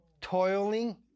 toiling